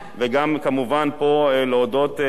וגם כמובן להודות,